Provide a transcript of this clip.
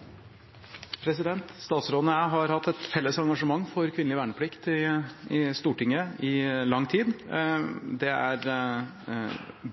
oppfølgingsspørsmål. Statsråden og jeg har i Stortinget hatt et felles engasjement for kvinnelig verneplikt i lang tid. Det er